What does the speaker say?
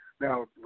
Now